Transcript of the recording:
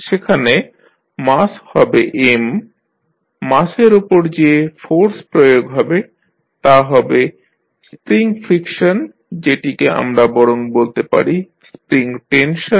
সেখানে মাস হবে M মাসের ওপর যে ফোর্স প্রয়োগ হবে তা' হবে স্প্রিং ফ্রিকশন যেটিকে আমরা বরং বলতে পারি স্প্রিং টেনশন